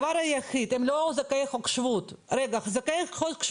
אם יש קרובי משפחה, מקרים הומניטריים, דבר ראשון.